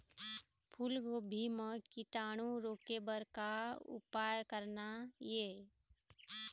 फूलगोभी म कीटाणु रोके बर का उपाय करना ये?